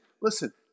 listen